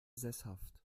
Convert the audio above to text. sesshaft